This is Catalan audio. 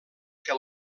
que